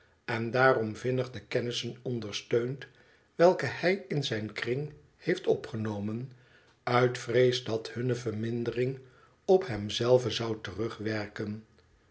en daarom vinnig de kennissen ondersteunt welke hij in zijn kring heeft opgenomen uit vrees dat hunne vermindering op hem zei ven zou terrugwerken